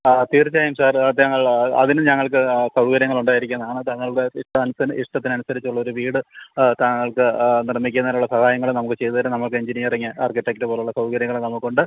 ആ തീര്ച്ചയായും സാര് അതിനും ഞങ്ങള്ക്ക് സൗകര്യങ്ങള് ഉണ്ടായിരിക്കുന്നതാണ് താങ്കളുടെ ഇഷ്ടാനുസരണം ഇഷ്ടത്തിനനുസരിച്ചുള്ള ഒരു വീട് താങ്കള്ക്ക് നിര്മ്മിക്കുന്നതിനുള്ള സഹായങ്ങള് നമുക്ക് ചെയ്തുതരും നമുക്ക് എന്ജിനീയറിങ് ആര്ക്കിടെക്റ്റ് പോലുള്ള സൗകര്യങ്ങള് നമുക്കുണ്ട്